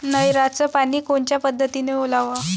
नयराचं पानी कोनच्या पद्धतीनं ओलाव?